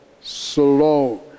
slow